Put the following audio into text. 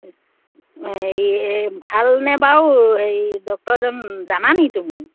হেৰি এই ভালনে বাৰু হেৰি ডক্তৰজন জানানি তুমি